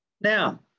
Now